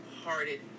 hearted